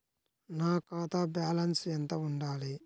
నా ఖాతా బ్యాలెన్స్ ఎంత ఉండాలి?